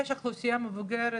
יש אוכלוסייה מבוגרת,